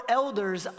elders